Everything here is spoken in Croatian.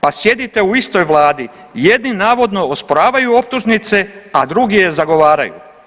Pa sjedite u istoj Vladi, jedni navodno osporavaju optužnice, a drugi je zagovaraju.